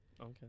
Okay